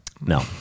No